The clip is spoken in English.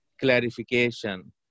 clarification